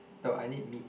no I need meat